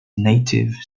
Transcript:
native